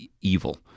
evil